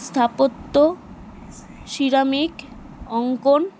স্থাপত্য সিরামিক অঙ্কন